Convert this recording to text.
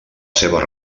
seva